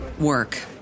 Work